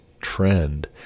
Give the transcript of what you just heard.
trend